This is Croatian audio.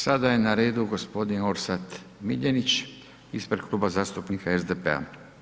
Sada je na redu g. Orsat Miljenić ispred Kluba zastupnika SDP-a.